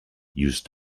used